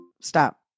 Stop